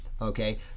Okay